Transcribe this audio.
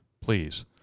please